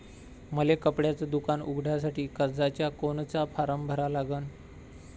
मले कपड्याच दुकान उघडासाठी कर्जाचा कोनचा फारम भरा लागन?